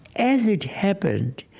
as it happened,